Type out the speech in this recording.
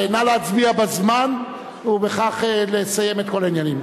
נא להצביע בזמן, ובכך לסיים את כל העניינים.